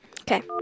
Okay